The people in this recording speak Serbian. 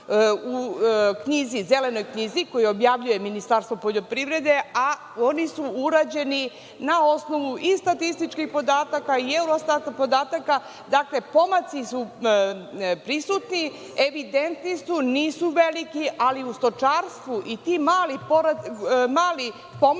Zelenoj knjizi koju objavljuje Ministarstvo poljoprivrede a oni su urađeni na osnovu i statističkih podataka. Dakle, pomaci su prisutni, evidentni, nisu veliki, ali u stočarstvu, i ti mali pomaci,